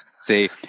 See